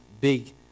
big